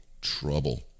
trouble